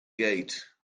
gate